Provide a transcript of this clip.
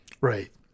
Right